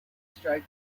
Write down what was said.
strike